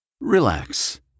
Relax